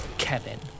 Kevin